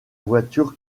voiture